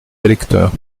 électeurs